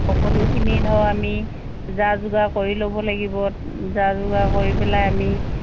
সকলোখিনি ধৰ আমি যা যোগাৰ কৰি ল'ব লাগিব যা যোগাৰ কৰি পেলাই আমি